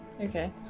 Okay